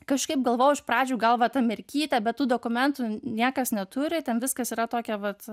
kažkaip galvojau iš pradžių gal va ta merkytė bet tų dokumentų niekas neturi ten viskas yra tokia vat